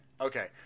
okay